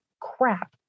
crap